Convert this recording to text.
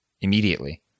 immediately